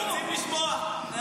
רוצים לשמוע.